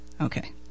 Okay